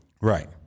Right